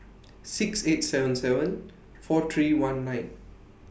six eight seven seven four three one nine